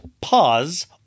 pause